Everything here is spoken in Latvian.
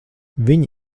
viņi